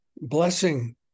blessing